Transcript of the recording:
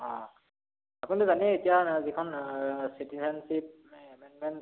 অঁ আপুনিতো জানেই এতিয়া যিখন চিটিজেনচিপ এমেনমেন্ট